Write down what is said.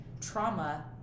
trauma